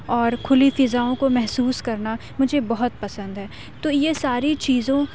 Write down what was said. اور كُھلی فضاؤں كو محسوس كرنا مجھے بہت پسند ہے تو یہ ساری چیزوں